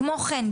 כמו כן,